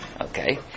Okay